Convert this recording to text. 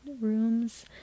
rooms